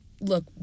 look